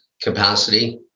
capacity